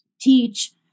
teach